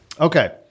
Okay